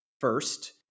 first